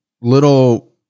little